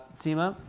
seema,